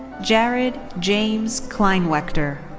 jared james kleinwaechter.